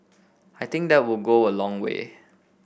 I think that will go a long way